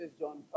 John